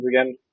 again